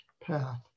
path